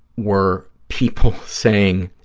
were people saying,